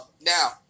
Now